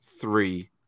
three